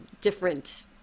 different